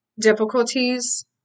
difficulties